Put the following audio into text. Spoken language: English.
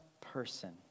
person